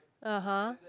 (uh huh)